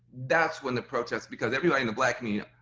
that's when the protests, because everybody in the black i mean